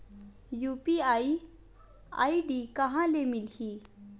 UPI ID कहां ले मिलही?